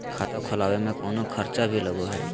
खाता खोलावे में कौनो खर्चा भी लगो है?